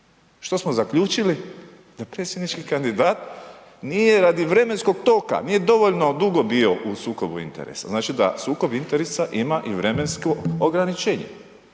što smo zaključili, da predsjednički kandidat nije radi vremenskog toka, nije dovoljno dugo bio u sukobu interesa, znači da sukob interesa ima i vremensko ograničenje